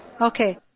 Okay